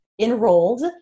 enrolled